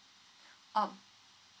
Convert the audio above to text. um